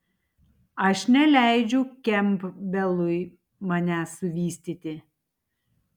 aš neleidžiu kempbelui manęs suvystyti